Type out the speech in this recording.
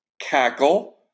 cackle